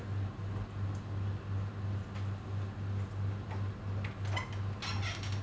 Z